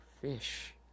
fish